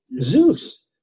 Zeus